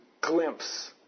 glimpse